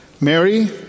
Mary